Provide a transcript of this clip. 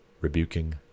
rebuking